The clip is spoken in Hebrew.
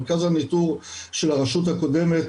מרכז הניטור של הרשות הקודמת,